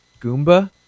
Goomba